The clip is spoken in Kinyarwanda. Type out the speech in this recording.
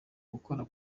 gukora